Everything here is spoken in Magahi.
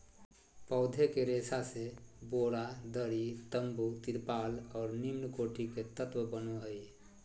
पौधे के रेशा से बोरा, दरी, तम्बू, तिरपाल और निम्नकोटि के तत्व बनो हइ